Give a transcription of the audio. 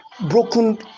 broken